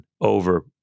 Over